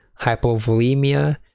hypovolemia